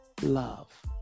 love